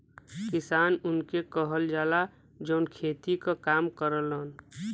किसान उनके कहल जाला, जौन खेती क काम करलन